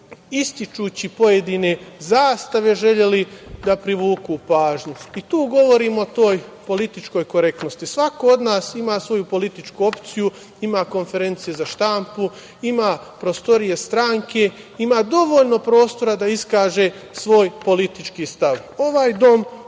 ističući pojedine zastave želeli da privuku pažnju. Tu govorim o toj političkoj korektnosti. Svako od nas ima svoju političku opciju, ima konferencije za štampu, ima prostorije stranke, ima dovoljno prostora da iskaže svoj politički stav.